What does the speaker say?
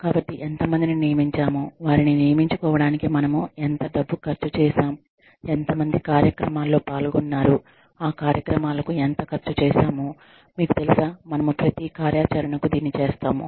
కాబట్టి ఎంత మందిని నియమించాము వారిని నియమించుకోవడానికి మనము ఎంత డబ్బు ఖర్చు చేశాం ఎంత మంది కార్యక్రమాల్లో పాల్గొన్నారు ఆ కార్యక్రమాలకు ఎంత ఖర్చు చేశాము మీకు తెలుసా మనము ప్రతి కార్యాచరణకు దీన్ని చేస్తాము